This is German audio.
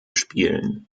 spielen